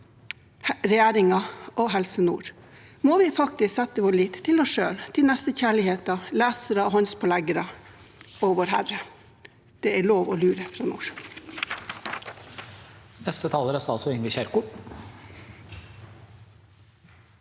regjeringen og Helse Nord. Må vi faktisk sette vår lit til oss selv, til nestekjærligheten, lesere, håndspåleggere og Vårherre? Det er lov å lure. Statsråd